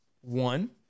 One